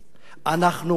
אנחנו מכירים.